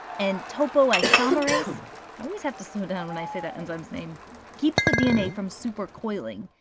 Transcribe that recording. and topoisomerase i always have to slow down when i say that enzyme's name keeps the dna from supercoiling.